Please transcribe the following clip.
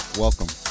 Welcome